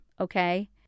okay